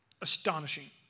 astonishing